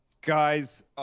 Guys